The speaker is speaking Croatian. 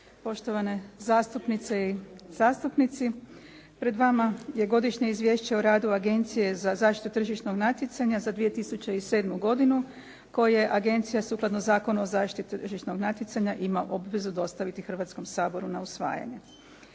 poštovane zastupnice i zastupnici pred vama je Godišnje izvješće o radu Agencije za zaštitu tržišnog natjecanja za 2007. godinu koje agencija sukladno Zakonu o zaštiti tržišnog natjecanja ima obvezu dostaviti Hrvatskom saboru na usvajanje.